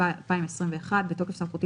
התשפ"א-2021 בתוקף סמכותי,